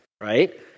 right